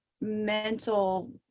mental